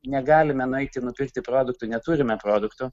negalime nueiti nupirkti produktų neturime produktų